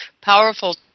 powerful